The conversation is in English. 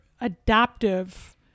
adaptive